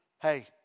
Hey